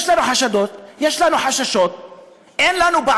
יש לנו חשדות, יש לנו חששות.